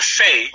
say